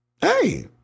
hey